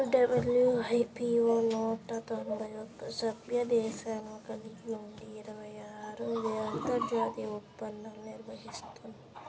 WIPO నూట తొంభై ఒక్క సభ్య దేశాలను కలిగి ఉండి ఇరవై ఆరు అంతర్జాతీయ ఒప్పందాలను నిర్వహిస్తుంది